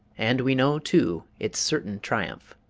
and we know, too, its certain triumph.